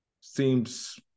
seems